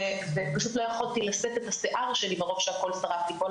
ופשוט לא יכולתי לשאת את השיער שלי מרוב שהכול שרף לי,